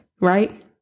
right